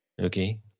okay